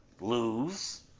lose